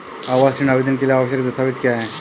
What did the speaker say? आवास ऋण आवेदन के लिए आवश्यक दस्तावेज़ क्या हैं?